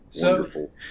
Wonderful